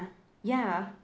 ya